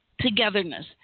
togetherness